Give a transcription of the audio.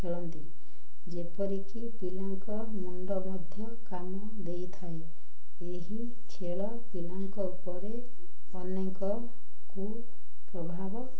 ଖେଳନ୍ତି ଯେପରିକି ପିଲାଙ୍କ ମୁଣ୍ଡ ମଧ୍ୟ କାମ ଦେଇଥାଏ ଏହି ଖେଳ ପିଲାଙ୍କ ଉପରେ ଅନେକକୁ ପ୍ରଭାବ